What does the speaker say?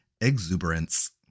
exuberance